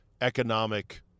economic